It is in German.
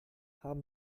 haben